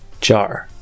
jar